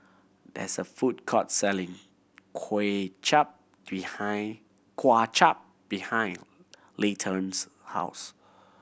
there is a food court selling Kway Chap behind kwa chap behind Layton's house